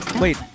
Wait